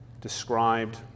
described